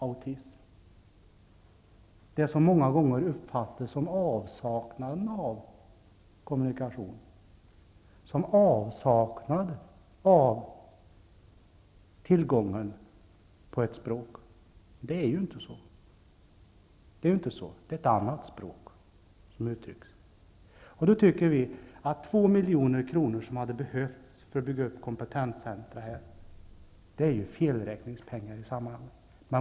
Autism uppfattas många gånger som avsaknad av kommunikation, avsaknad av tillgång till ett språk. Det är ju inte så, utan man uttrycker sig med ett annat språk. Vi tycker att de 2 milj.kr. som hade behövts för att bygga upp ett kompetenscentrum på det här området inte är mycket mer än rena felräkningspengar i sammanhanget.